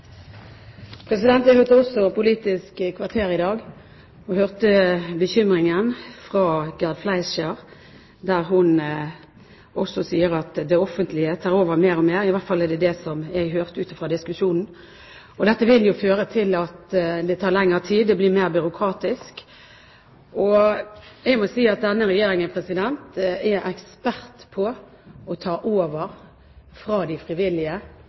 der hun sier at det offentlige tar over mer og mer – i hvert fall er det dét jeg hørte ut fra diskusjonen. Dette vil jo føre til at det tar lengre tid, det blir mer byråkratisk. Jeg må si at denne regjeringen er ekspert på å ta over de frivillige,